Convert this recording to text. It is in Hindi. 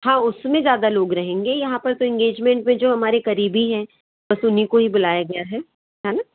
हाँ उसमें ज़्यादा लोग रहेंगे यहाँ पर तो इंगेजमेंट में जो हमारे करीबी हैं बस उन्ही को ही बुलाया गया है है न